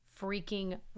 freaking